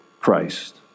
christ